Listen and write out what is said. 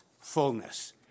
fullness